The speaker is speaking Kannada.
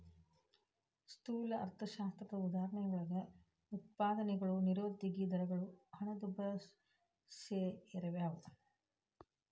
ಸ್ಥೂಲ ಅರ್ಥಶಾಸ್ತ್ರದ ಉದಾಹರಣೆಯೊಳಗ ಉತ್ಪಾದನೆಗಳು ನಿರುದ್ಯೋಗ ದರಗಳು ಹಣದುಬ್ಬರ ಸೆರ್ಯಾವ